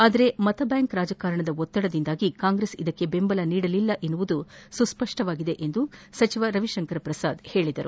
ಆದರೆ ಮತಬ್ಲಾಂಕ್ ರಾಜಕಾರಣದಿಂದಾಗಿ ಕಾಂಗ್ರೆಸ್ ಇದಕ್ಕೆ ಬೆಂಬಲ ನೀಡಲಿಲ್ಲ ಎನ್ನುವುದು ಸುಸ್ಪಷ್ಷವಾಗಿದೆ ಎಂದು ಸಚಿವ ರವಿಶಂಕರ್ ಪ್ರಸಾದ್ ತಿಳಿಸಿದರು